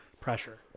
pressure